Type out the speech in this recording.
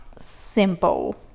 simple